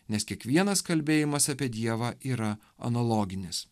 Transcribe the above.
nes kiekvienas kalbėjimas apie dievą yra analoginis